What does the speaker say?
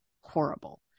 horrible